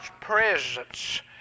presence